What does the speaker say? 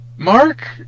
Mark